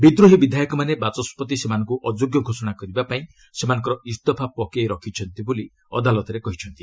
ବିଦ୍ରୋହୀ ବିଧାୟକମାନେ ବାଚସ୍କତି ସେମାନଙ୍କୁ ଅଯୋଗ୍ୟ ଘୋଷଣା କରିବା ପାଇଁ ସେମାନଙ୍କର ଇସ୍ତଫା ପକେଇ ରଖିଛନ୍ତି ବୋଲି ଅଦାଲତରେ କହିଛନ୍ତି